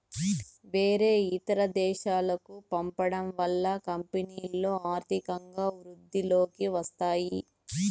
వేరే ఇతర దేశాలకు పంపడం వల్ల కంపెనీలో ఆర్థికంగా వృద్ధిలోకి వస్తాయి